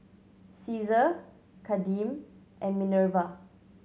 Caesar Kadeem and Minerva